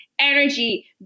energy